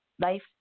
Life